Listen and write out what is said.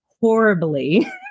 horribly